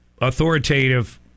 authoritative